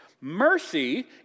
Mercy